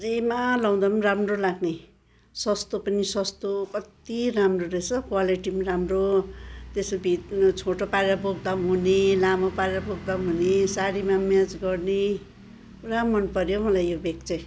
जेमा लाउँदा पनि राम्रो लाग्ने सस्तो पनि सस्तो कति राम्रो रहेछ हौ क्वालिटी पनि राम्रो त्यसको छोटो पारेर बोक्दा पनि हुने लामो पारेर बोक्दा पनि हुने साडीमा पनि म्याच गर्ने पुरा मनपऱ्यो मलाई यो ब्याग चाहिँ